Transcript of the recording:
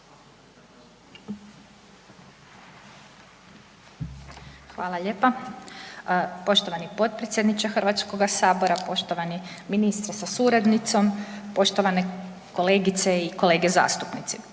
Hvala lijepa. Poštovani potpredsjedniče Hrvatskoga sabora, poštovani ministre sa suradnicom, poštovane kolegice i kolege zastupnici.